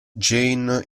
jane